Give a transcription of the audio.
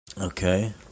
Okay